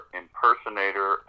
impersonator